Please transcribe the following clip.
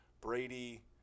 Brady